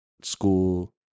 school